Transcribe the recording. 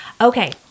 Okay